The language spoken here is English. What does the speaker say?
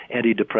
antidepressants